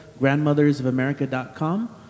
grandmothersofamerica.com